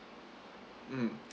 mm